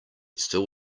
still